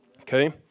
Okay